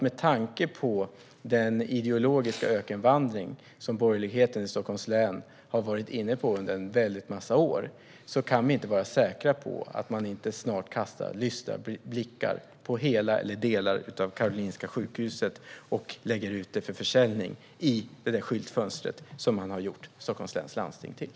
Med tanke på den ideologiska ökenvandring som borgerligheten i Stockholms län har varit inne på under en väldig massa år kan vi inte vara säkra på att man inte snart kastar lystna blickar på hela eller delar av Karolinska sjukhuset och lägger ut detta till försäljning i det skyltfönster som man har gjort Stockholms läns landsting till.